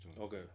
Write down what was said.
Okay